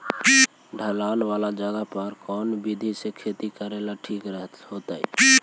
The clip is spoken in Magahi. ढलान वाला जगह पर कौन विधी से खेती करेला ठिक होतइ?